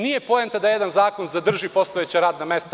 Nije poenta da jedan zakon zadrži postojeća radna mesta.